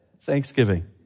Thanksgiving